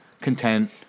content